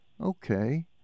okay